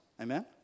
Amen